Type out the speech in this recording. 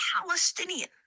Palestinian